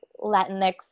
Latinx